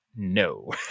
No